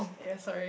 yea sorry